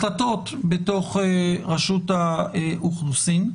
החלטות בתוך רשות האוכלוסין.